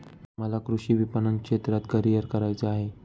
मला कृषी विपणन क्षेत्रात माझे करिअर करायचे आहे